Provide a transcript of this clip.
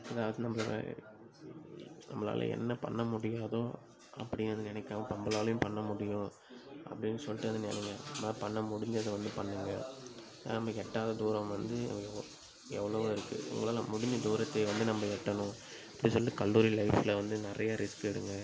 நம்மளால் என்ன பண்ண முடியாதோ அப்படி எதுவும் நினைக்காம ப நம்பளாலையும் பண்ண முடியும் அப்படின்னு சொல்லிட்டு அதை நினைங்க நான் பண்ண முடிஞ்சதை வந்து பண்ணுங்கள் நமக்கு எட்டாத தூரம் வந்து எவ்வளோவோ எவ்வளோவோ இருக்கு உங்களால் முடிஞ்ச தூரத்தை வந்து நம்ப எட்டணும் அப்படி சொல்லிட்டு கல்லூரி லைஃப்பில் வந்து நிறைய ரிஸ்க் எடுங்க